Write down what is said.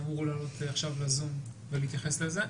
אמור לעלות עכשיו לזום ולהתייחס לזה.